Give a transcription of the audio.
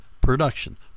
production